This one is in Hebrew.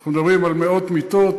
אנחנו מדברים על מאות מיטות.